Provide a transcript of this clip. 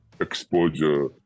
exposure